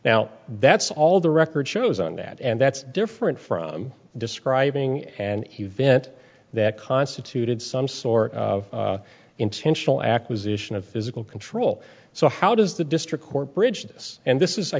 now that's all the record shows on that and that's different from describing and he didn't that constituted some sort of intentional acquisition of physical control so how does the district court bridge this and this is i